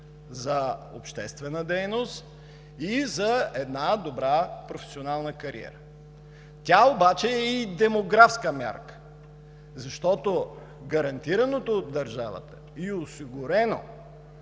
за обществена дейност и за добра професионална кариера. Тя обаче е и демографска мярка, защото гарантираното и осигурено